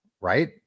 right